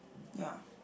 ya